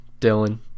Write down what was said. Dylan